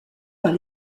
par